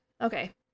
okay